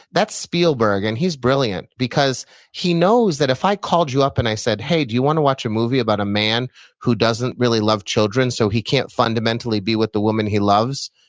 that's spielberg and he's brilliant because he knows that if i called you up and i said, hey, do you want to watch a movie about a man who doesn't really love children, so he can't fundamentally be with the woman he loves,